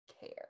care